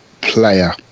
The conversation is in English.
player